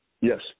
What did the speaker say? Yes